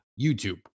YouTube